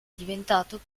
diventato